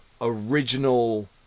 original